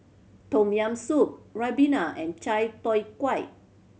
Tom Yam Soup ribena and chai tow kway